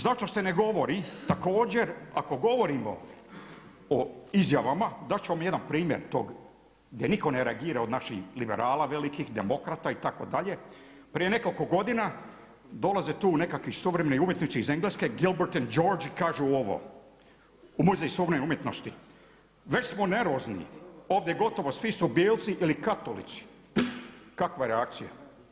Zašto se ne govori također ako govorimo o izjavama, dat ću vam jedan primjer tog gdje nitko ne reagira od naših liberala velikih, demokrata itd. prije nekoliko godina dolaze tu neki suvremeni umjetnici iz Engleske Gilbert & George i kažu ovo u Muzej suvremene umjetnosti već smo nervozni, ovdje gotovo svi su bijelci ili katolici, kakva je reakcija?